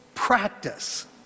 Practice